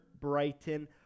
Brighton